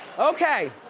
okay.